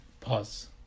pause